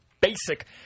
basic